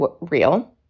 real